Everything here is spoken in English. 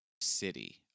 city